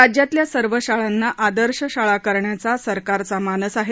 राज्यातल्या सर्व शाळांना आदर्श शाळा करण्याचा सरकारचा मानस आहे